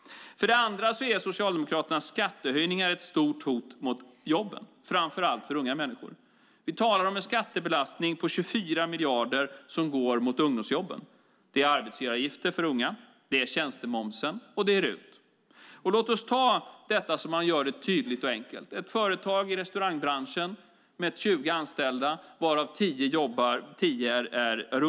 För det andra är Socialdemokraternas skattehöjningar ett stort hot mot jobben, framför allt för unga människor. Vi talar om en skattebelastning på 24 miljarder som går mot ungdomsjobben. Det är arbetsgivaravgifter för unga, det är tjänstemomsen och det är RUT. Låt oss ta detta så att man gör det tydligt och enkelt: Tänk er ett företag i restaurangbranschen med 20 anställda varav 10 är ungdomar som jobbar.